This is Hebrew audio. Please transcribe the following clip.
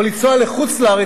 או לנסוע לחוץ-לארץ,